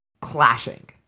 clashing